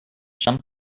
jump